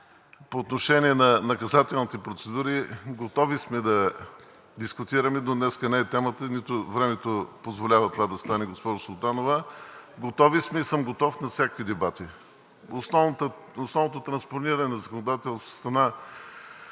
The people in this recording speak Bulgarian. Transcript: По отношение на наказателните процедури. Готови сме да дискутираме, но днес не е темата, нито времето позволява това да стане, госпожо Султанова. Готов съм на всякакви дебати. Основното транспониране на законодателството стана